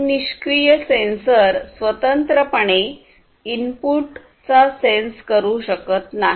एक निष्क्रिय सेन्सर स्वतंत्रपणे इनपुटचा सेन्स करू शकत नाही